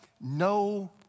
no